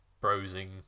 browsing